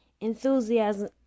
Enthusiasm